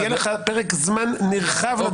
יהיה לך פרק זמן נרחב.